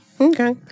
Okay